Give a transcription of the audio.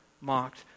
mocked